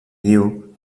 diu